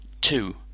two